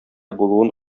булуын